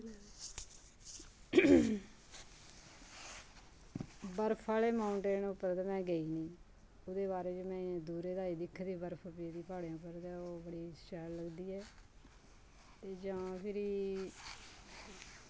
बर्फ आह्ले माउंटेन उप्पर ते में गेई निं ओह्दे बारे च में दूरे दा ही दिक्खी दी बर्फ पेदी प्हाड़ें उप्पर ते ओह् बड़ी शैल लगदी ऐ ते जां फिरी